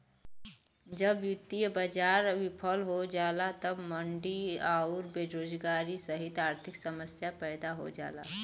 जब वित्तीय बाजार विफल हो जाला तब मंदी आउर बेरोजगारी सहित आर्थिक समस्या पैदा हो जाला